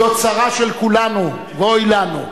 זאת צרה של כולנו, ואוי לנו.